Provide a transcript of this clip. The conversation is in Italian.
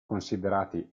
considerati